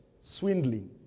Swindling